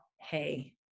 hey